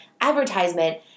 advertisement